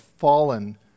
fallen